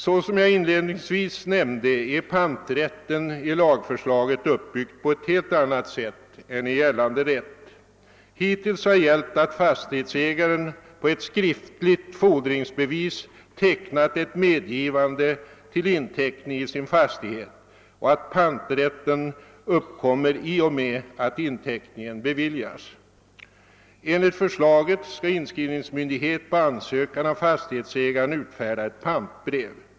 Såsom jag inledningsvis nämnde är panträtten i lagförslaget uppbyggd på ett helt annat sätt än i gällande rätt. Hittills har gällt att fastighetsägaren på ett skriftligt fordringsbevis lämnat ett medgivande till inteckning i sin fastighet och att panträtten uppkommer i och med att inteckningen beviljas. Enligt förslaget skall inskrivningsmyndighet på ansökan av fastighetsägaren utfärda ett pantbrev.